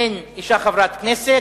אין אשה חברת כנסת,